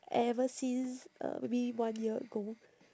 ever since uh maybe one year ago